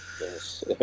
yes